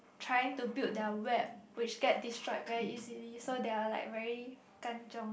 trying to build their web which get destroyed very easily so they are like very kan-chiong